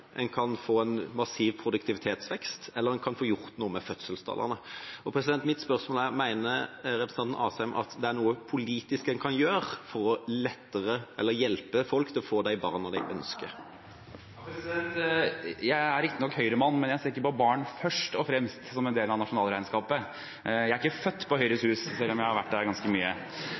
en kan få en massiv produktivitetsvekst eller en kan få gjort noe med fødselstallene. Mitt spørsmål er: Mener representanten Asheim at det er noe en kan gjøre politisk for å hjelpe folk til å få de barna de ønsker? Jeg er riktignok Høyre-mann, men jeg ser ikke på barn først og fremst som en del av nasjonalregnskapet. Jeg er ikke født på Høyres Hus, selv om jeg har vært der ganske mye.